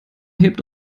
hebt